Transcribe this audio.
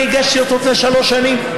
הגשתי אותו לפני שלוש שנים,